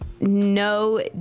no